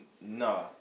No